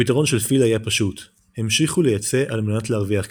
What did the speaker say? הפתרון של פיל היה פשוט - המשיכו לייצא על מנת להרוויח כסף,